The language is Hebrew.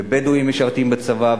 ובדואים משרתים בצבא,